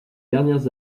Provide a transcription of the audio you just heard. dernières